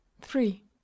three